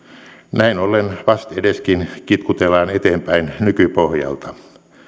näin ollen vastedeskin kitkutellaan eteenpäin nykypohjalta